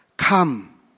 Come